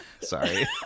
Sorry